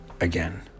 again